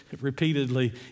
repeatedly